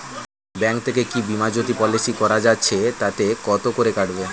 Bank থেকে কী বিমাজোতি পলিসি করা যাচ্ছে তাতে কত করে কাটবে?